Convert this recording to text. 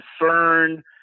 concern